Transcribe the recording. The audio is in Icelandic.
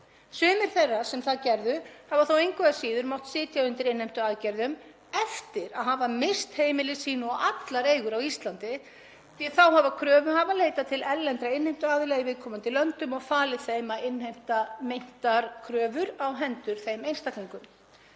Sumir þeirra sem það gerðu hafa þó engu að síður mátt sitja undir innheimtuaðgerðum eftir að hafa misst heimili sín og allar eigur á Íslandi því að þá hafa kröfuhafar leitað til erlendra innheimtuaðila í viðkomandi löndum og falið þeim að innheimta meintar kröfur á hendur þeim einstaklingum.